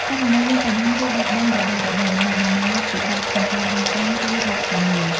ករណីមានបញ្ហាឬបាត់បង់របស់របរ អ្នកដំណើរពិបាកក្នុងការដោះស្រាយឬរកជំនួយ។